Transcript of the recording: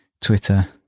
Twitter